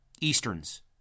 Easterns